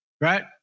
right